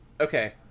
Okay